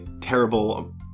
terrible